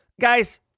Guys